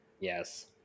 Yes